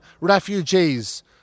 refugees